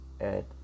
add